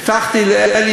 הבטחתי לאלי,